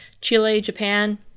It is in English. Chile-Japan